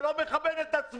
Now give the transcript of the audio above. אתה לא מכבד את עצמך.